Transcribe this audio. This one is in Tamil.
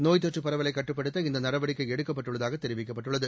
நோய்த் தொற்றுப் பரவலை கட்டுப்படுத்த இந்த இந்த நடவடிக்கை எடுக்கப்பட்டுள்ளதாக தெரிவிக்கப்பட்டுள்ளது